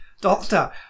Doctor